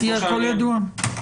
הכול ידוע.